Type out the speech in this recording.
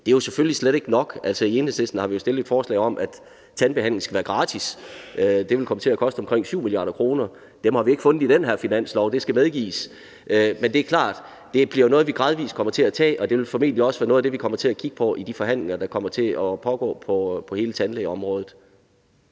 det er jo selvfølgelig slet ikke nok. Altså, i Enhedslisten har vi jo stillet et forslag om, at tandbehandlingen skal være gratis, og det vil komme til at koste omkring 7 mia. kr. Dem har vi ikke fundet i den her finanslov – det skal medgives – men det er jo klart, at det bliver noget, vi gradvis kommer til at tage, og det vil formentlig også være noget af det, vi kommer til at kigge på i de forhandlinger, der kommer til at pågå på hele tandlægeområdet.